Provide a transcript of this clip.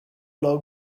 log